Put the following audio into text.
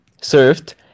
served